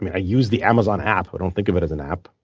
i use the amazon app. i don't think of it as an app.